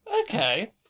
Okay